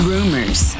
Rumors